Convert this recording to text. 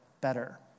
better